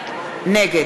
נגד